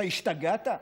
אתה השתגעת?